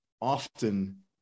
often